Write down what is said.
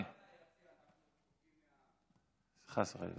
ביציע אני מסכים עם כל מילה